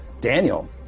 Daniel